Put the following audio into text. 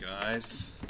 guys